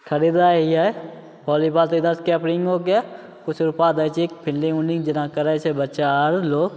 खरिदै हिए वालीबॉल कैपरिन्गोके किछु रुपा दै छिए फील्डिन्ग उल्डिन्ग जेना करै छै बच्चा आओर लोक